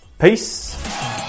Peace